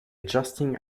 adjusting